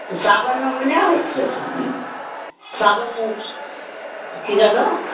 तऽ सावनोमे नहि होइ छै सावन कि कहलो